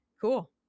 Cool